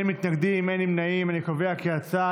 ההצעה